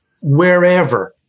wherever